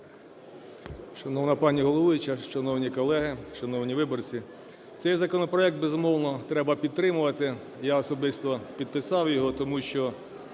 Шановна пані головуюча, шановні колеги, шановні виборці. Цей законопроект, безумовно, треба підтримувати. Я особисто підписав його тому, що